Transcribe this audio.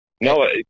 no